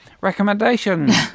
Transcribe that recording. recommendations